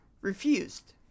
refused